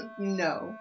No